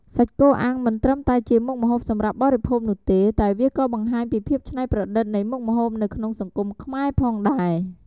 សាច់គោអាំងមិនត្រឹមតែជាមុខម្ហូបសម្រាប់បរិភោគនោះទេ តែវាក៏បង្ហាញពីភាពឆ្នៃប្រឌិតនៃមុខម្ហូបនៅក្នុងសង្គមខ្មែរផងដែរ។